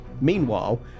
Meanwhile